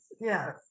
Yes